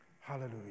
Hallelujah